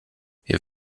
wir